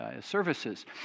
services